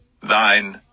thine